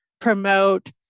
promote